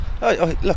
Look